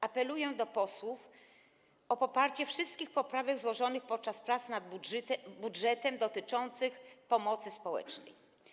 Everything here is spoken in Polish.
Apeluję do posłów o poparcie wszystkich poprawek złożonych podczas prac nad budżetem, dotyczących pomocy społecznej.